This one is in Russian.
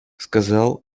сказал